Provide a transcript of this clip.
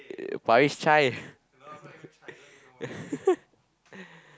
uh Parish-Chai